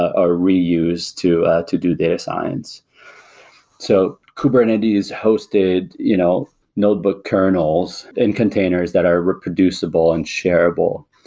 or reuse to to do data science so kubernetes hosted you know notebook kernels in containers that are reproducible and shareable.